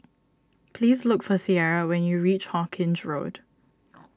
please look for Ciera when you reach Hawkinge Road